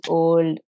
old